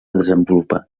desenvolupar